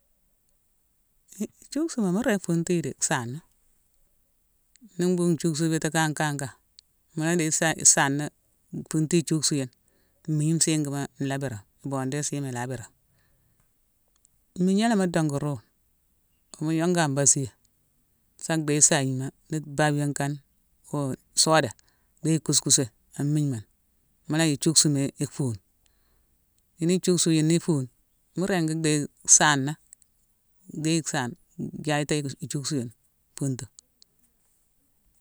I-ijughsi mu ré funtu yi di saana. Nii mbughune ijughsu bitikan-kan-kan mu la déye sagne-saana funtu ijughsi yune, migne nsingima nlaa bérame, ibondé isigima i la bérame. Migna la mu dongo ruune, mu yongu an basiyé, sa déye sagna ni babiyone kan oo soda, déye kuskusé an migne mune. Mu la yick ijughsuma i fune. Yune ijughsu yune ni fune, mu ringi déye saana, déye saana jactéye ijughsu yune funtu.